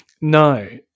No